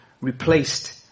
replaced